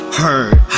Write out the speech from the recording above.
heard